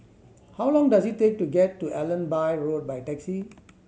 how long does it take to get to Allenby Road by taxi